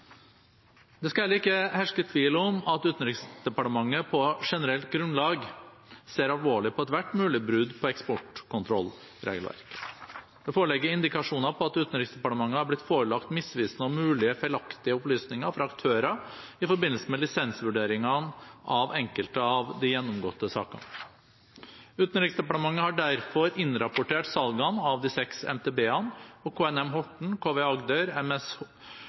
skal heller ikke herske tvil om at Utenriksdepartementet på generelt grunnlag ser alvorlig på ethvert mulig brudd på eksportkontrollregelverket. Det foreligger indikasjoner på at Utenriksdepartementet har blitt forelagt misvisende og mulig feilaktige opplysninger fra aktører i forbindelse med lisensvurderingene av enkelte av de gjennomgåtte sakene. Utenriksdepartementet har derfor innrapportert salgene av de seks MTB-ene og KNM «Horten», KV